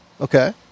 Okay